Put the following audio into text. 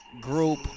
group